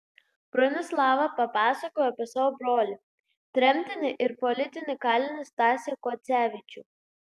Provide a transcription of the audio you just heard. bronislava papasakojo apie savo brolį tremtinį ir politinį kalinį stasį kuodzevičių